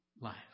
life